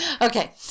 Okay